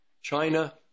china